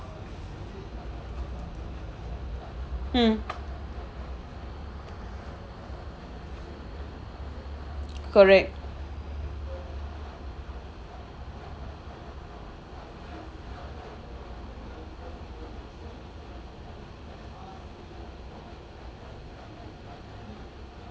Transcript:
mm correct